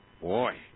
Boy